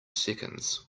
seconds